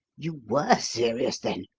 you were serious, then?